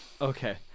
Okay